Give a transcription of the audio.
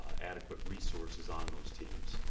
adequate resources on those teams.